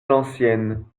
l’ancienne